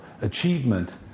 achievement